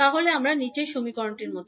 তো আমরা কী লিখতে পারি